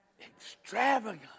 Extravagant